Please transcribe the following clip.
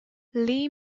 lee